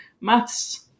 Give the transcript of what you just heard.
maths